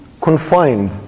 confined